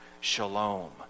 Shalom